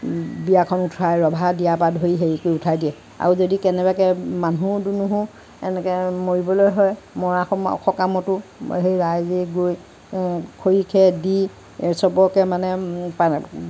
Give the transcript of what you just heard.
বিয়াখন উঠুৱাই ৰভা দিয়াৰ পৰা ধৰি হেৰি কৰি উঠাই দিয়ে আৰু যদি কেনেবাকৈ মানুহ দুনুহো এনেকৈ মৰিবলৈ হয় মৰা শ সকামতো সেই ৰাইজে গৈ খৰি খেৰ দি চবকে মানে